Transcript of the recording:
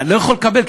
אני לא יכול לקבל,